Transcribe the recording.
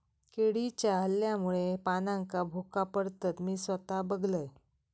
किडीच्या हल्ल्यामुळे पानांका भोका पडतत, मी स्वता बघलंय